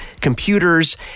computers